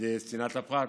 זה צנעת הפרט